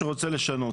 אלא רוצה לשנות.